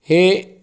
हे